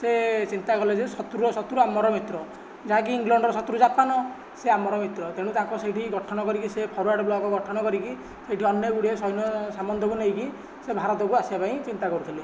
ସେ ଚିନ୍ତା କଲେ ଯେ ଶତ୍ରୁର ଶତ୍ରୁ ଆମର ମିତ୍ର ଯାହାକି ଇଂଲଣ୍ତର ଶତ୍ରୁ ଜାପାନ ସେ ଆମର ମିତ୍ର ତେଣୁ ତାଙ୍କ ସେଠି ଗଠନ କରିକି ଫରୱାର୍ଡ଼ କ୍ଲବ୍ ଗଠନ କରିକି ସେଠି ଅନେକ ଗୁଡ଼ିଏ ସୈନ୍ୟ ସାମନ୍ତକୁ ନେଇକି ସେ ଭାରତକୁ ଆସିବା ପାଇଁ ଚିନ୍ତା କରୁଥିଲେ